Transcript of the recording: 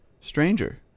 Stranger